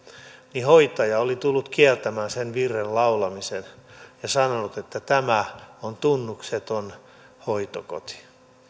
niin hoitaja oli tullut kieltämään sen virren laulamisen ja sanonut että tämä on tunnukseton hoitokoti